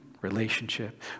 relationship